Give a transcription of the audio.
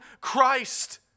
Christ